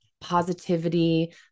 positivity